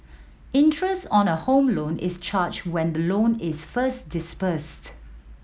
interest on a Home Loan is charged when the loan is first disbursed